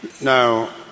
now